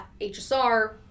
HSR